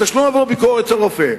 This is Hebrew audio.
תשלום עבור ביקור אצל רופא,